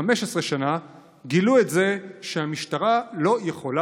וזה נגמר